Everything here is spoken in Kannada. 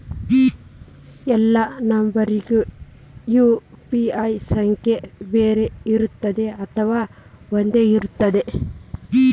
ಎಲ್ಲಾ ನಂಬರಿಗೂ ಯು.ಪಿ.ಐ ಸಂಖ್ಯೆ ಬೇರೆ ಇರುತ್ತದೆ ಅಥವಾ ಒಂದೇ ಇರುತ್ತದೆ?